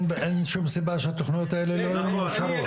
אין שום סיבה שהתוכניות האלה לא יהיו מאושרות.